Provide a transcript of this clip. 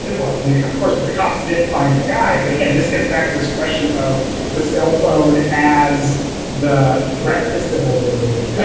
and well, maybe not, of course, but the cops didn't find the guy. but again, this gets back to this question of the cell phone as the threat to civil liberties, yeah